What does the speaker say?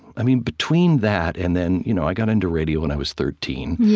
i mean, between that and then you know i got into radio when i was thirteen.